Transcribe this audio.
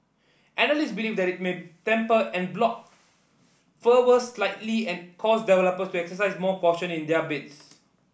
analysts believe that it may temper en bloc fervour slightly and cause developers to exercise more caution in their bids